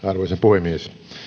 arvoisa puhemies